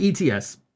ETS